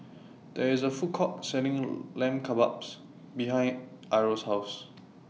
There IS A Food Court Selling Lamb Kebabs behind Irl's House